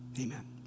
Amen